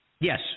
Yes